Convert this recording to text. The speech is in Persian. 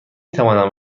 توانم